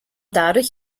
dadurch